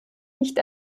nicht